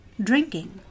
drinking